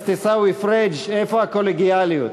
חבר הכנסת עיסאווי פריג', איפה הקולגיאליות?